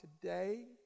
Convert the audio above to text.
today